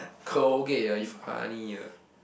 Colgate ah you funny ya